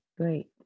Great